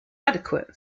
adequate